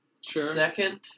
Second